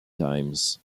times